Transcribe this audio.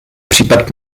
případ